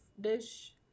dish